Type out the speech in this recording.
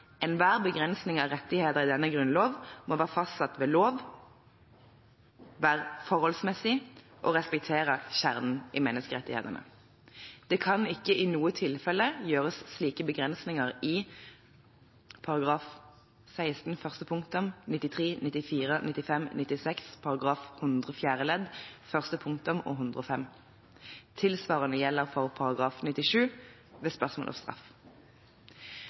begrensning av rettigheter i denne grunnlov må være fastsatt ved lov, være forholdsmessig og respektere kjernen i rettighetene. Det kan ikke i noe tilfelle gjøres slike begrensninger i §§ 16 første punktum, 93, 94, 95, 96, 100 fjerde ledd første punktum og § 105. Tilsvarende gjelder for § 97 ved spørsmål om straff.»